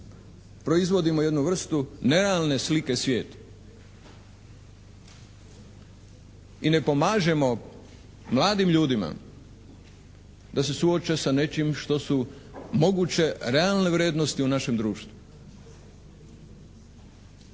proizvodimo jednu vrstu nerealne slike svijetu? I ne pomažemo mladim ljudima da se suoče sa nečim što su moguće realne vrijednosti u našem društvu?